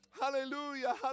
Hallelujah